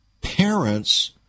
parents